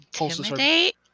Intimidate